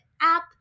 app